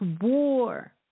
war